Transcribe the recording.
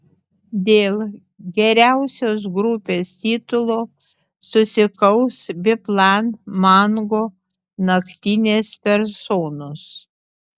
dėl geriausios grupės titulo susikaus biplan mango naktinės personos